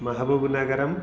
महबूब् नगरम्